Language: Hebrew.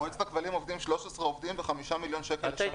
במועצת הכבלים עובדים 13 עובדים ב-5 מיליון שקל בשנה.